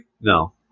No